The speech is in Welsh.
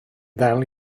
ddel